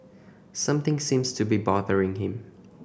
something seems to be bothering him